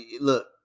look